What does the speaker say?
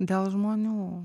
dėl žmonių